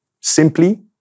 Simply